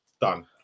done